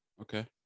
Okay